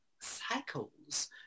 cycles